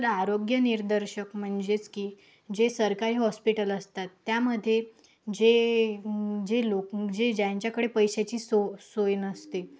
तर आरोग्य निदर्शक म्हणजेच की जे सरकारी हॉस्पिटल असतात त्यामधे जे जे लोक जे ज्यांच्याकडे पैशाची सो सोय नसते